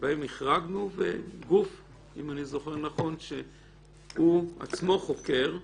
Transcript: וגוף שהוא עצמו חוקר.